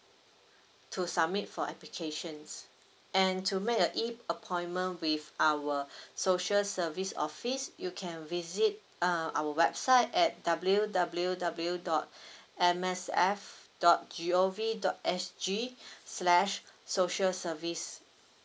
to submit for applications and to make a E appointment with our social service office you can visit uh our website at W W W dot M S F dot G O V dot S G slash social service